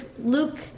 Luke